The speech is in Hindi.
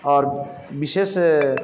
और विशेष